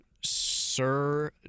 Sir